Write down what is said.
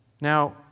Now